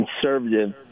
conservative